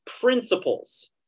principles